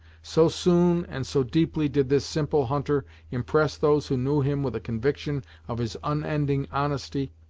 so soon and so deeply did this simple hunter impress those who knew him with a conviction of his unbending honesty,